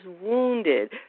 wounded